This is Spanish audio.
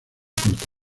corto